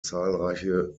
zahlreiche